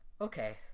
Okay